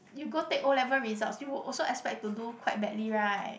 you go take O-level results you will also expect to do quite badly right